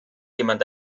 jemand